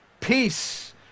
peace